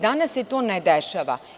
Danas se to ne dešava.